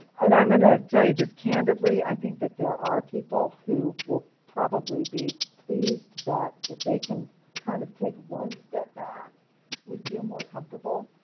and i'm gonna tell you just candidly. i think that there are people who will probably be pleased that if they can kind of take one step back would feel more comfortable.